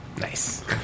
Nice